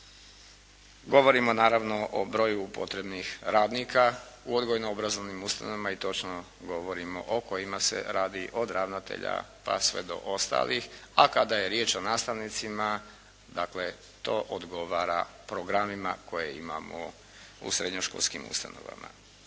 Govorimo naravno o broju potrebnih radnika u odgojno-obrazovnim ustanovama i točno govorimo o kojima se radi, od ravnatelja pa sve do ostalih, a kada je riječ o nastavnicima dakle to odgovara programima koje imamo u srednjoškolskim ustanovama.